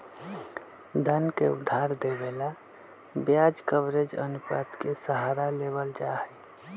धन के उधार देवे ला ब्याज कवरेज अनुपात के सहारा लेवल जाहई